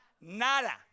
Nada